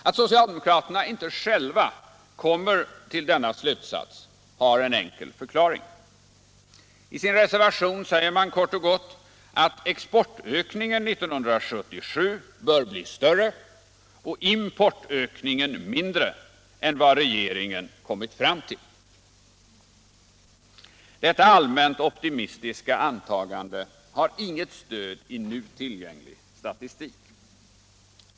Att socialdemokraterna inte själva kommer till denna slutsats har en enkel förklaring. I sin reservation säger de kort och gott att exportökningen 1977 bör bli större och importökningen mindre än vad regeringen kommit fram till. Detta allmänt optimistiska antagande har inget stöd i nu tillgänglig statistik.